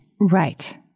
Right